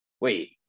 wait